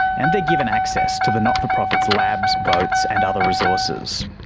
and they're given access to the not-for-profit's labs, boats, and other resources.